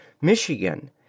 Michigan